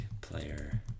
player